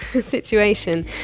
situation